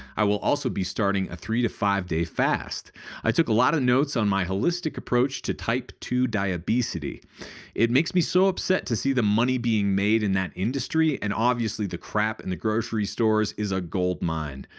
i will also be starting a three to five day fast. i took a lot of notes on my holistic approach to type two diabetes it makes me so upset to see the money being made in that industry and obviously the crap in the grocery stores is a gold mine.